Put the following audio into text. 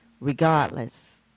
regardless